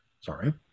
sorry